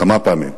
כמה פעמים,